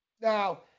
Now